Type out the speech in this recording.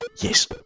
yes